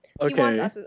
Okay